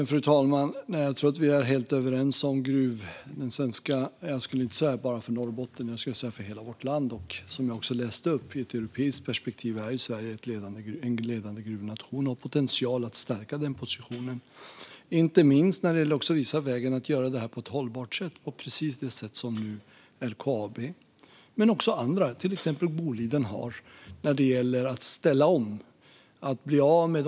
Fru talman! Jag tror att vi är helt överens om betydelsen av den svenska gruvnäringen, inte bara för Norrbotten utan för hela vårt land. Som jag sa är ju Sverige även i ett europeiskt perspektiv en ledande gruvnation och har potential att stärka den positionen, inte minst när det gäller att visa vägen i att ställa om till ett hållbart sätt att göra detta och bli av med utsläppen både direkt i verksamheten och indirekt.